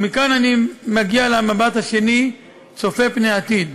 ומכאן אני מגיע למבט השני, צופה פני עתיד,